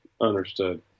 understood